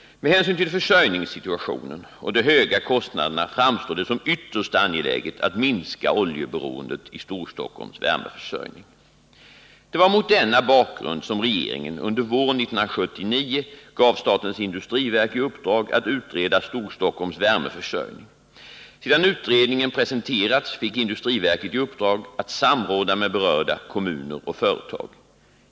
Med hänsyn till försörjningssituationen och de höga kostnaderna framstår det som ytterst angeläget att minska oljeberoendet i Storstockholms värmeförsörjning. Det var mot denna bakgrund som regeringen under våren 1979 gav statens 83 industriverk i uppdrag att utreda Storstockholms värmeförsörjning. Sedan utredningen presenterats fick industriverket i uppdrag att samråda med berörda kommuner och företag.